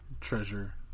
treasure